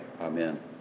amen